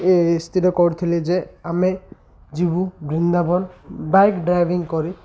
ଏ ସ୍ଥିର କରୁଥିଲେ ଯେ ଆମେ ଯିବୁ ବୃନ୍ଦାବନ ବାଇକ୍ ଡ୍ରାଇଭିଂ କରି